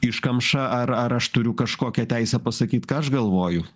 iškamša ar ar aš turiu kažkokią teisę pasakyt ką aš galvoju